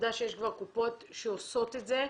עובדה שיש כבר קופות שעושות את זה.